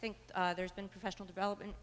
think there's been professional development